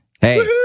Hey